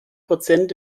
prozent